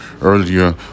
earlier